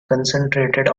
concentrated